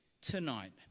tonight